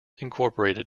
incorporated